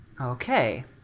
okay